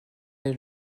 est